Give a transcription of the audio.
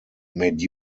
made